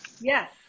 Yes